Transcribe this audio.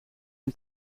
een